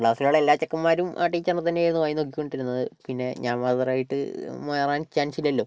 ക്ലാസ്സിലുള്ള എല്ലാ ചെക്കൻമാരും ആ ടീച്ചറിനെ തന്നെയാണ് വായിൽ നോക്കിക്കൊണ്ടിരുന്നത് പിന്നെ ഞാൻ മാത്രമായിട്ട് മാറാൻ ചാൻസില്ലല്ലോ